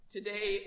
Today